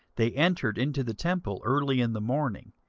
they entered into the temple early in the morning,